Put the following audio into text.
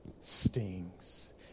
stings